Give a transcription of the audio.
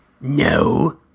No